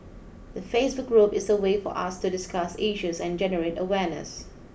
the Facebook group is a way for us to discuss issues and generate awareness